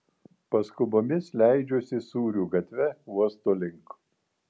paskubomis leidžiuosi sūrių gatve uosto link